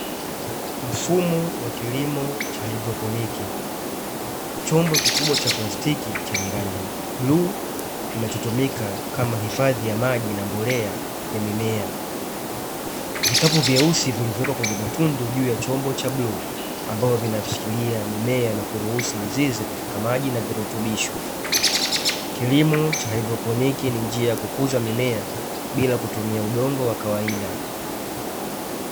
Mfumo wa kilimo cha hydroponi, chombo kikubwa cha plastiki chenye rangi bluu kinachotumika kama hifadhi ya maji na mbolea ya mimea, vikapu vyeusi vilivyowekwa kwenye matundu juu ya chombo cha bluu ambavyo vinashikilia mimea na kuruhusu mzizi kufika maji na virutubisho. Kilimo cha hydroponi ni njia ya kukuza mimea bila kutumia udongo wa kawaida.